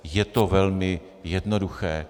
Je to velmi jednoduché.